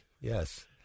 yes